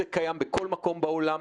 זה קיים בכל מקום בעולם.